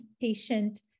patient